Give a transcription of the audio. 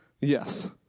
Yes